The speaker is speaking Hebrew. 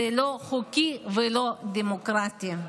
זה לא חוקי ולא דמוקרטי.